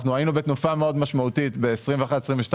אנחנו היינו בתנופה מאוד משמעותית ב-2021-2022.